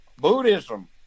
Buddhism